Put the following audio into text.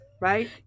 Right